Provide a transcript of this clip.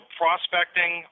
prospecting